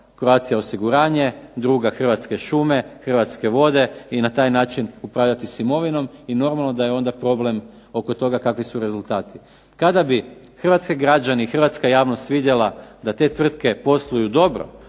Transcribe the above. Croatia osiguranje, druga Hrvatske šume, Hrvatske vode i na taj način upravljati s imovinom. I normalno da je onda problem oko toga kakvi su rezultati. Kada bi hrvatski građani i hrvatska javnost vidjela da te tvrtke posluju dobro,